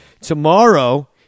Tomorrow